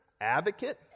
advocate